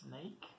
snake